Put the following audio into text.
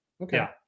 Okay